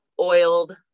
oiled